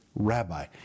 Rabbi